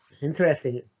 interesting